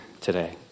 today